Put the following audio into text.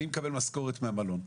אני מקבל משכורת מהמלון.